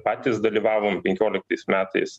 patys dalyvavom penkioliktais metais